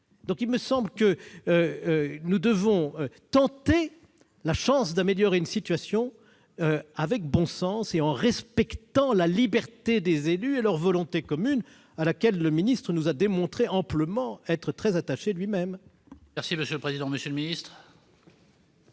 il subsistera. Nous devons saisir la chance d'améliorer une situation avec bon sens et en respectant la liberté des élus et leur volonté commune, à laquelle le ministre nous a démontré qu'il était très attaché lui-même.